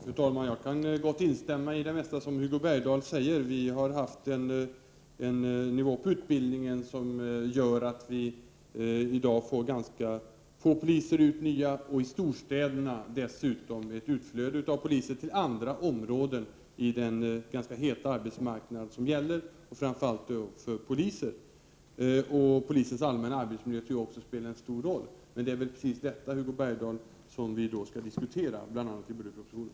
Fru talman! Jag kan gott instämma i det mesta av vad Hugo Bergdahl sade. Vi har haft en utbildningsnivå som gör att vi i dag får ganska få nya poliser. I storstäderna är det dessutom ett utflöde av poliser till andra områden på den ganska heta arbetsmarknaden — framför allt då för poliser. Jag tror också att polisens allmänna arbetsmiljö spelar en stor roll, men det är just detta, Hugo Bergdahl, som vi skall diskutera, bl.a. i budgetpropositionen.